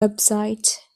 website